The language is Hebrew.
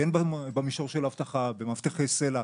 כן במישור של אבטחה ומאבטחי סל"ע,